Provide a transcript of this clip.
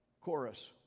Chorus